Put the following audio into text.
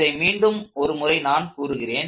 இதை மீண்டும் ஒரு முறை நான் கூறுகிறேன்